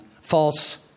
false